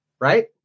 right